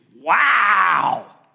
wow